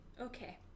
Okay